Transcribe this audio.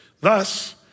Thus